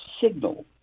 signal